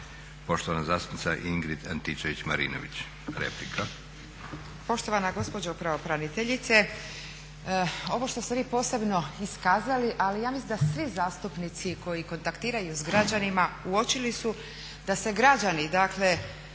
Poštovana zastupnica Ingrid Antičević-Marinović, replika. **Antičević Marinović, Ingrid (SDP)** Poštovana gospođo pravobraniteljice, ovo što ste vi posebno iskazali ali ja mislim da svi zastupnici koji kontaktiraju s građanima uočili su da se građani dakle